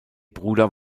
bruder